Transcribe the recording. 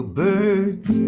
birds